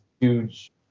huge